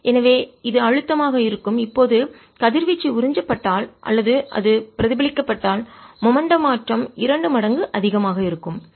momentum densityc Sc2 Sc எனவே இது அழுத்தமாக இருக்கும் இப்போது கதிர்வீச்சு உறிஞ்சப்பட்டால் அல்லது அது பிரதிபலிக்க பட்டால் மொமெண்ட்டம் வேகம் மாற்றம் இரண்டு மடங்கு அதிகமாக இருக்கும்